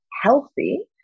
healthy